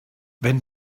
wenn